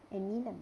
and Neelam